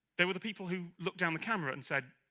there were the people who looked down the camera and said,